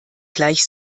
gleich